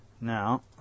Now